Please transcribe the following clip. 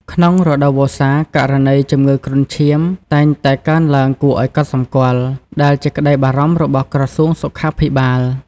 ក្នុងរដូវវស្សា ករណីជំងឺគ្រុនឈាមតែងតែកើនឡើងគួរឲ្យកត់សម្គាល់ ដែលជាក្តីបារម្ភរបស់ក្រសួងសុខាភិបាល។